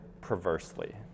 perversely